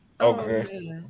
Okay